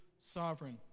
sovereign